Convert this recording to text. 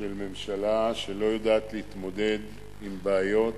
של ממשלה שלא יודעת להתמודד עם בעיות,